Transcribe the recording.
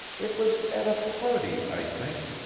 it was at a party, i think,